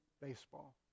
baseball